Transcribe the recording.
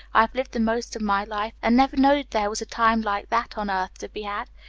i've lived the most of my life, and never knowed there was a time like that on earth to be had.